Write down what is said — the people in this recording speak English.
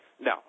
no